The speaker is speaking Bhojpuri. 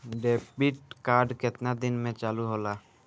डेबिट कार्ड केतना दिन में चालु होला?